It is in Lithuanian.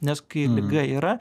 nes kai liga yra